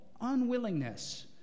unwillingness